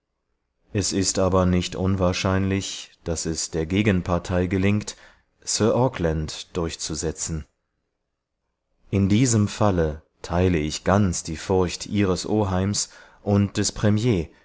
es ist aber nicht unwahrscheinlich daß es der gegenpartei gelingt sir auckland durchzusetzen in diesem falle teile ich ganz die furcht ihres oheims und des premier